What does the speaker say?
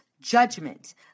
judgment